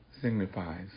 signifies